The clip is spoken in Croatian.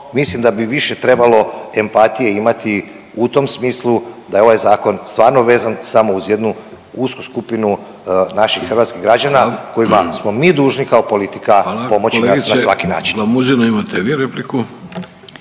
mislim da bi više trebalo empatije imati u tom smislu da je ovaj Zakon stvarno vezan samo uz jednu usku skupinu naših hrvatskih građana… .../Upadica: Hvala./... … kojima smo mi